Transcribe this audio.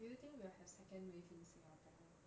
do you think we will have second wave in singapore